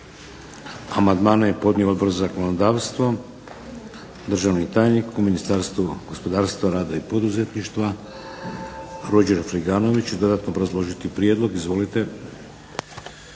Amandmane je podnio Odbor za zakonodavstvo. Državni tajnik u Ministarstvu gospodarstva, rada i poduzetništva Ruđer Friganović će dodatno obrazložiti prijedlog. Izvolite.